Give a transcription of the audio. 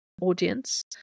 audience